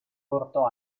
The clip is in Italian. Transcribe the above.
portò